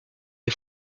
des